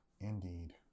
Indeed